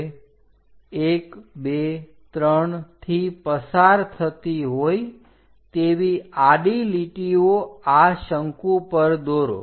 હવે 123 થી પસાર થતી હોય તેવી આડી લીટીઓ આ શંકુ પર દોરો